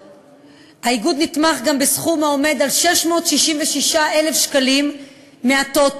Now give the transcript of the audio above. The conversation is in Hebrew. האיגוד נתמך גם בסכום העומד על 666,000 שקלים מהטוטו.